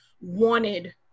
wanted